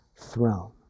throne